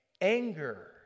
Anger